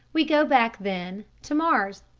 we go back, then, to mars.